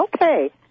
Okay